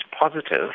positive